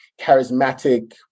charismatic